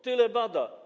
Tyle bada.